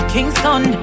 Kingston